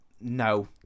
No